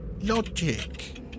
logic